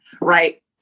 right